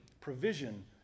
provision